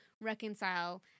reconcile